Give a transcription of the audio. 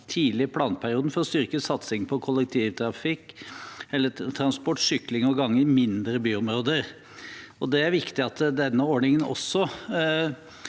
tidlig i planperioden for å styrke satsing på kollektivtransport, sykling og gange i mindre byområder. Det er viktig at denne ordningen også